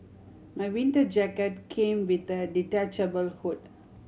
my winter jacket came with a detachable hood